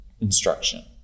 instruction